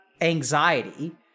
anxiety